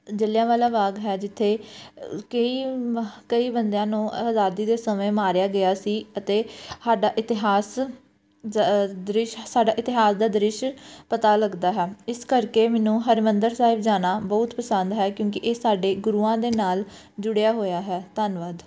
ਜਲ੍ਹਿਆਂਵਾਲਾ ਬਾਗ ਹੈ ਜਿੱਥੇ ਕਈ ਕਈ ਬੰਦਿਆਂ ਨੂੰ ਆਜ਼ਾਦੀ ਦੇ ਸਮੇਂ ਮਾਰਿਆ ਗਿਆ ਸੀ ਅਤੇ ਸਾਡਾ ਇਤਿਹਾਸ ਜਾ ਦ੍ਰਿਸ਼ ਸਾਡਾ ਇਤਿਹਾਸ ਦਾ ਦ੍ਰਿਸ਼ ਪਤਾ ਲੱਗਦਾ ਹੈ ਇਸ ਕਰਕੇ ਮੈਨੂੰ ਹਰਿਮੰਦਰ ਸਾਹਿਬ ਜਾਣਾ ਬਹੁਤ ਪਸੰਦ ਹੈ ਕਿਉਂਕਿ ਇਹ ਸਾਡੇ ਗੁਰੂਆਂ ਦੇ ਨਾਲ ਜੁੜਿਆ ਹੋਇਆ ਹੈ ਧੰਨਵਾਦ